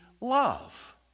love